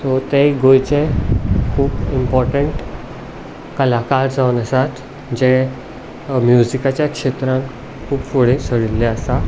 so तें एक गोंयचें खूब इम्पोर्टंट कलाकार जावन आसात जे म्युझिकाच्या क्षेत्रांत खूब फुडें सरिल्ले आसा